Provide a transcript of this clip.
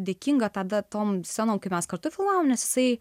dėkinga tada tom scenom kai mes kartu filmavom nes jisai